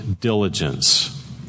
diligence